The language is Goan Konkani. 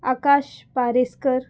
आकाश पारेसकर